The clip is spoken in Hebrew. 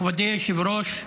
מכובדי היושב-ראש,